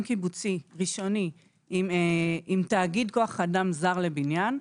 קיבוצי ראשוני עם תאגיד כוח אדם זר לבניין,